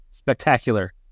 Spectacular